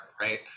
right